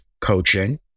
coaching